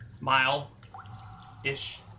Mile-ish